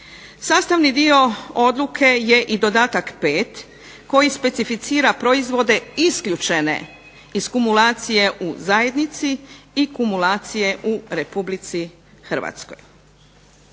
Sastavni dio odluke je i dodatak 5. koji specificira proizvode isključene iz kumulacije u zajednici i kumulacije u Republici Hrvatskoj.